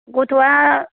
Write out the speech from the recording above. गथ'वा